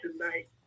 tonight